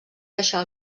deixar